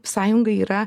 sąjunga yra